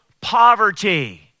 Poverty